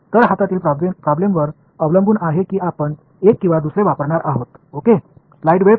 तर हातातील प्रॉब्लेमवर अवलंबून आहे कि आपण एक किंवा दुसरे वापरणार आहोत ओके